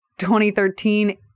2013